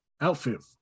outfit